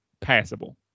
passable